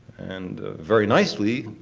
and, very nicely,